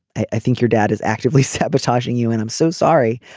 i think your dad is actively sabotaging you and i'm so sorry.